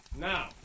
Now